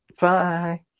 Bye